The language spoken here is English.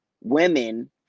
women